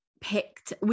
picked